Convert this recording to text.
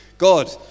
God